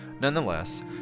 Nonetheless